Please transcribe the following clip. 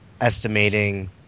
estimating